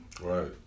Right